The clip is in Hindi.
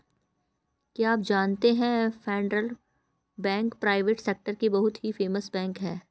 क्या आप जानते है फेडरल बैंक प्राइवेट सेक्टर की बहुत ही फेमस बैंक है?